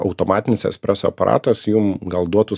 automatinis espreso aparatas jum gal duotų